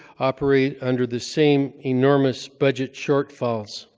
operate under the same enormous budget shortfalls.